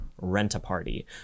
rent-a-party